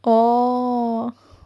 orh